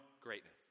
greatness